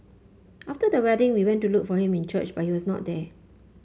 after the wedding we went to look for him in church but he was not there